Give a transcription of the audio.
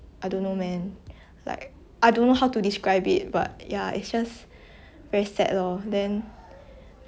but okay maybe my third wish third wish will be like to alleviate world property but